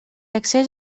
accés